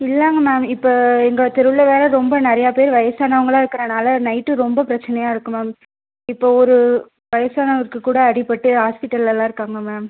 இல்லைங்க மேம் இப்போ எங்கள் தெருவில் வேறு ரொம்ப நிறையா பேரு வயதானவங்களா இருக்கறனாலே நைட்டு ரொம்ப பிரச்சினையா இருக்குது மேம் இப்போ ஒரு வயதானவருக்கு கூட அடிப்பட்டு ஹாஸ்பிட்டல்லலாம் இருக்காங்க மேம்